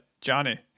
Johnny